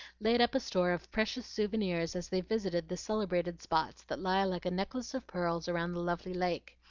laid up a store of precious souvenirs as they visited the celebrated spots that lie like a necklace of pearls around the lovely lake,